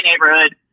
neighborhood